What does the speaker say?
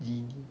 genie